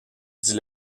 dit